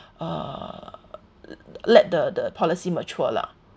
uh let the the policy mature lah